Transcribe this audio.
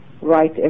Right